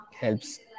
helps